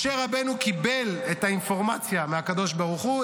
משה רבנו קיבל את האינפורמציה מהקדוש ברוך הוא,